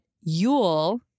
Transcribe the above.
Yule